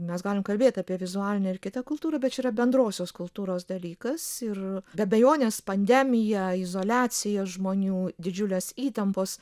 mes galim kalbėt apie vizualinę ir kitą kultūrą bet čia yra bendrosios kultūros dalykas ir be abejonės pandemija izoliacija žmonių didžiulės įtampos